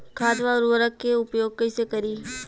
खाद व उर्वरक के उपयोग कइसे करी?